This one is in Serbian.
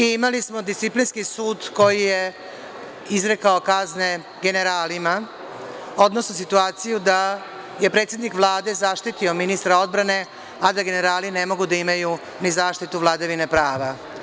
Imali smo disciplinski sud koji je izrekao kazne generalima, odnosno situaciju da je predsednik Vlade zaštitio ministra odbrane, a da generali ne mogu da imaju ni zaštitu vladavine prava.